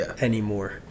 anymore